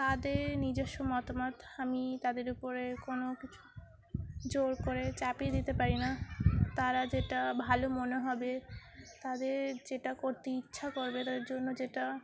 তাদের নিজস্ব মতামত আমি তাদের উপরে কোনো কিছু জোর করে চাপিয়ে দিতে পারি না তারা যেটা ভালো মনে হবে তাদের যেটা করতে ইচ্ছা করবে তাদের জন্য যেটা